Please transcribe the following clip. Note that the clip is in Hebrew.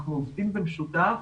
אנחנו עובדים במשותף